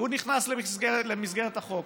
הוא נכנס למסגרת החוק.